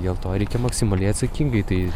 dėl to reikia maksimaliai atsakingai tai